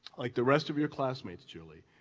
like the rest of your classmates, julie,